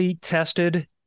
tested